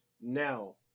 Now